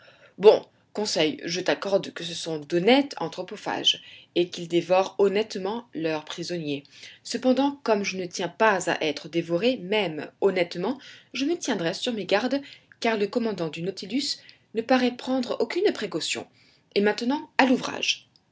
bon conseil je t'accorde que ce sont d'honnêtes anthropophages et qu'ils dévorent honnêtement leurs prisonniers cependant comme je ne tiens pas à être dévoré même honnêtement je me tiendrai sur mes gardes car le commandant du nautilus ne paraît prendre aucune précaution et maintenant à l'ouvrage